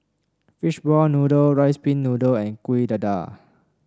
fish ball noodle rice pin noodle and Kuih Dadar